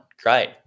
great